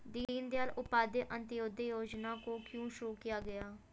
दीनदयाल उपाध्याय अंत्योदय योजना को क्यों शुरू किया गया?